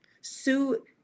Sue